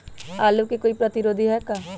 आलू के कोई प्रतिरोधी है का?